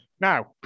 now